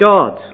God